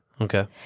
Okay